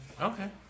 Okay